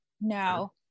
no